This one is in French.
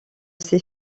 ses